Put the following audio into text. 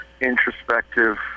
introspective